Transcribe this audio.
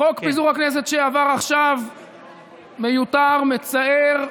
תראו, חוק פיזור הכנסת שעבר עכשיו מיותר, מצער,